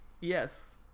Yes